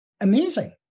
amazing